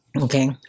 okay